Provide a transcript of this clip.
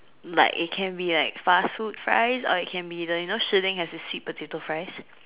like it can be like fast food fries or it can be the you know Shilin has the sweet potato fries